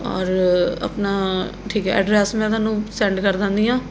ਔਰ ਆਪਣਾ ਠੀਕ ਹੈ ਐਡਰੈਸ ਮੈਂ ਤੁਹਾਨੂੰ ਸੈਂਡ ਕਰ ਦਿੰਦੀ ਹਾਂ